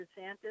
DeSantis